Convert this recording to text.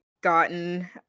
gotten